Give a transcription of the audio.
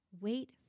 Wait